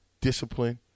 discipline